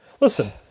Listen